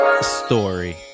story